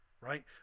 right